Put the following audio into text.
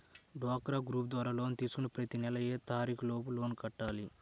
డ్వాక్రా గ్రూప్ ద్వారా లోన్ తీసుకుంటే ప్రతి నెల ఏ తారీకు లోపు లోన్ కట్టాలి?